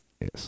Yes